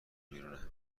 بیرونه